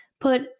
put